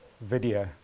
video